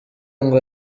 ngo